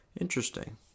interesting